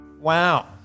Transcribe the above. Wow